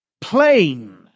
Plain